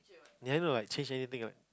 you haven't like change anything what